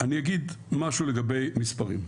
אני אגיד משהו לגבי מספרים.